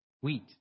wheat